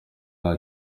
nta